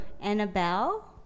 Annabelle